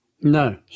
No